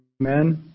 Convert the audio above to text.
Amen